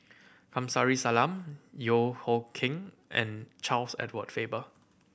Kamsari Salam Yeo Hoe Koon and Charles Edward Faber